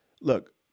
look